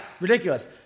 ridiculous